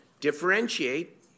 differentiate